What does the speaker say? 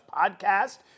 podcast